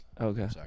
Okay